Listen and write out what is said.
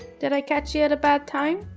did i catch you at a bad time?